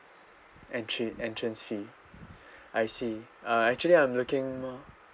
entry entrance fee I see uh actually I'm looking m~